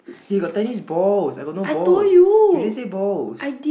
he got tennis balls I got no balls you didn't say balls